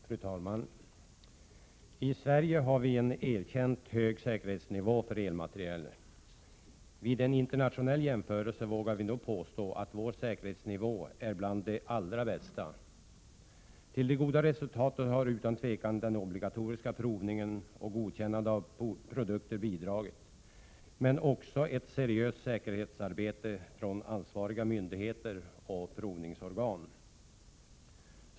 Fru talman! I Sverige har vi en erkänt hög säkerhetsnivå för elmateriel. Vid en internationell jämförelse är nog vår säkerhetsnivå bland de högsta nivåerna. Till de goda resultaten hör utan tvivel den obligatoriska provningen och godkännandet av produkter bidragit, men också ett seriöst säkerhetsarbete från ansvariga myndigheter och provningsorgan.